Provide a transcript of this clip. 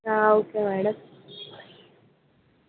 okay madam